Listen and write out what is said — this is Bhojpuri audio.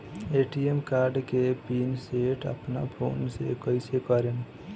ए.टी.एम कार्ड के पिन सेट अपना फोन से कइसे करेम?